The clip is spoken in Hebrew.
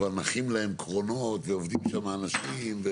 שכבר נחים להם קרונות ועובדים שם אנשים.